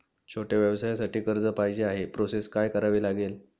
छोट्या व्यवसायासाठी कर्ज पाहिजे आहे प्रोसेस काय करावी लागेल?